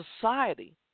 society